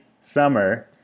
summer